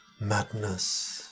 madness